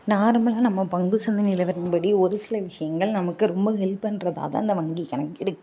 நார்மலா நம்ம பங்கு சந்தை நிலவரின்படி ஒரு சில விஷயங்கள் நமக்கு ரொம்ப ஹெல்ப் பண்ணுறதா தான் இந்த வங்கி கணக்கு இருக்குது